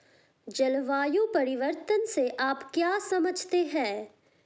जलवायु परिवर्तन से आप क्या समझते हैं?